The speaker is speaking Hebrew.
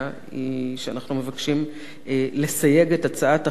שאנחנו מבקשים לסייג את הצעת החוק למצער,